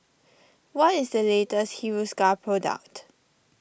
what is the latest Hiruscar product